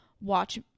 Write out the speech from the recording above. watch